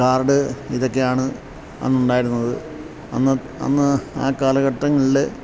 card ഇതൊക്കെയാണ് അന്നുണ്ടായിരുന്നത് അന്ന് അന്ന് ആ കാലഘട്ടങ്ങളില്